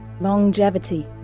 longevity